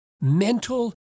mental